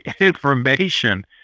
information